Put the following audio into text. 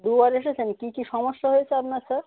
দু বার এসেছেন কী কী সমস্যা হয়েছে আপনার স্যার